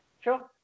sure